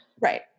right